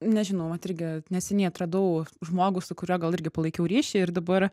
nežinau vat irgi neseniai atradau žmogų su kuriuo gal irgi palaikiau ryšį ir dabar